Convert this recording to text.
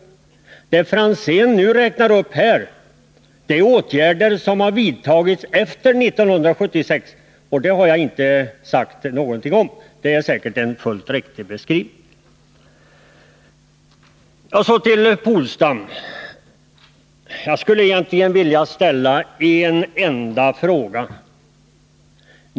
Det Tommy Franzén nu räknade upp är åtgärder som vidtagits efter 1976, och det har jag inte sagt någonting om. Det är säkert en fullt riktig beskrivning. Så till Åke Polstam. Jag skulle egentligen vilja ställa en enda fråga.